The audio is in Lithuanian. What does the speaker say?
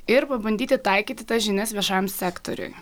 ir pabandyti taikyti tas žinias viešajam sektoriuj